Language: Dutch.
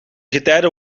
getijden